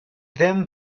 ddim